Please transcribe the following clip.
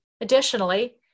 Additionally